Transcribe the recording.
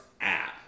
app